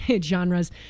genres